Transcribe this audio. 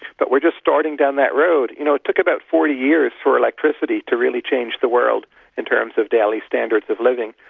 but we're just starting down that road. you know, it took about forty years for electricity electricity to really change the world in terms of daily standards of living.